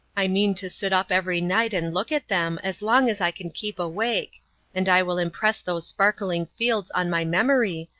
i mean to sit up every night and look at them as long as i can keep awake and i will impress those sparkling fields on my memory,